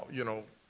you know,